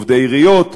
עובדי עיריות ועוד,